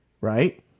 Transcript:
Right